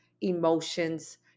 emotions